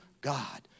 God